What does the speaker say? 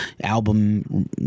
album